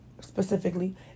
specifically